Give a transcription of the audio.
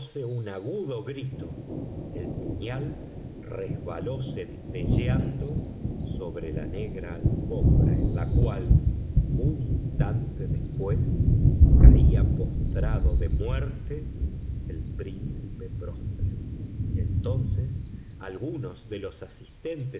un agudo grito el puñal resbaló centelleando sobre la negra alfombra en la cual un instante después caía postrado de muerte el príncipe próspero entonces algunos de los asistentes